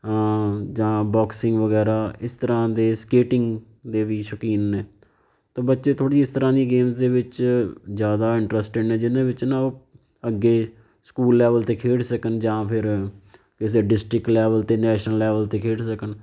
ਜਾਂ ਬੌਕਸਿੰਗ ਵਗੈਰਾ ਇਸ ਤਰ੍ਹਾਂ ਦੇ ਸਕੇਟਿੰਗ ਦੇ ਵੀ ਸ਼ੌਕੀਨ ਨੇ ਤਾਂ ਬੱਚੇ ਥੋੜ੍ਹੀ ਇਸ ਤਰ੍ਹਾਂ ਦੀ ਗੇਮਜ਼ ਦੇ ਵਿੱਚ ਜ਼ਿਆਦਾ ਇੰਟਰਸਟਿਡ ਨੇ ਜਿਹਦੇ ਵਿੱਚ ਨਾ ਉਹ ਅੱਗੇ ਸਕੂਲ ਲੈਵਲ 'ਤੇ ਖੇਡ ਸਕਣ ਜਾਂ ਫਿਰ ਕਿਸੇ ਡਿਸਟ੍ਰਿਕ ਲੈਵਲ 'ਤੇ ਨੈਸ਼ਨਲ ਲੈਵਲ 'ਤੇ ਖੇਡ ਸਕਣ